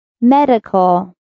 Medical